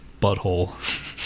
butthole